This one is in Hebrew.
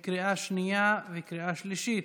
לקריאה שנייה וקריאה שלישית,